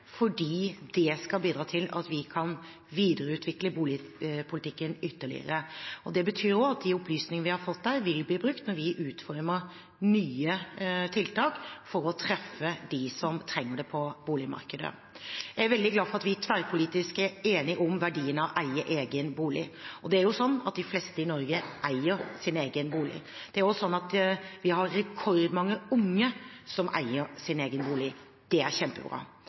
fordi det skal bidra til at vi kan videreutvikle boligpolitikken ytterligere. Det betyr også at de opplysningene vi har fått der, vil bli brukt når vi utformer nye tiltak på boligmarkedet for å treffe dem som trenger det. Jeg er veldig glad for at vi tverrpolitisk er enige om verdien av å eie egen bolig, og det er jo slik at de fleste i Norge eier sin egen bolig. Vi har også rekordmange unge som eier sin egen bolig. Det er kjempebra.